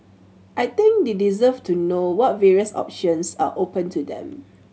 I think they deserve to know what various options are open to them